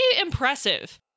impressive